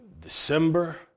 December